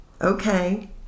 Okay